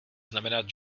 znamenat